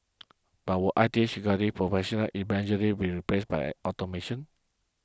but will I T Security Professionals eventually with replaced by automation